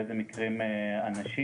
באיזה מקרים אנשים,